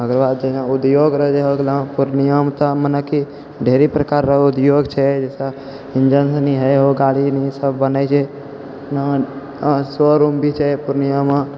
ओकर बाद जेना उद्योग रोजगार हो गेलऽहँ पूर्णियामे तऽ मने कि ढेरी प्रकाररऽ उद्योग छै जइसे इञ्जनसनी हइ गाड़ी उड़ीसब बनै छै शोरूम भी छै पूर्णियामे